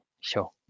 sure